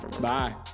Bye